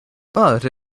but